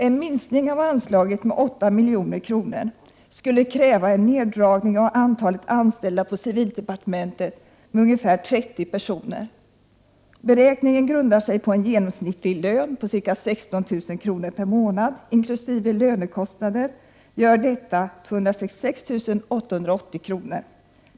En minskning av anslaget med 8 milj.kr. skulle kräva en neddragning av antalet anställda på civildepartementet med ungefär 30 personer. En beräkning grundad på en genomsnittlig lön på ca 16 000 kr. per månad, inkl. lönekostnader, gör 266 880 kr.